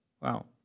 Wow